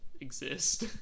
exist